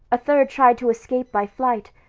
a third tried to escape by flight,